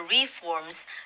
reforms